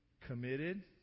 committed